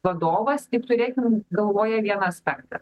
vadovas tik turėkim galvoje vieną aspektą